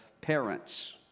parents